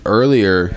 earlier